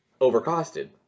overcosted